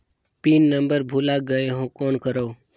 Pin number भुला गयें हो कौन करव?